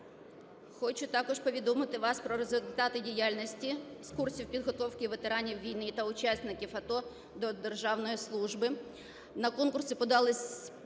Хочу також повідомити вас про результати діяльності з курсів підготовки ветеранів війни та учасників АТО. До державної служби